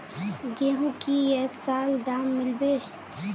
गेंहू की ये साल दाम मिलबे बे?